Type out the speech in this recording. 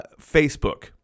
Facebook